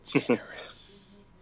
Generous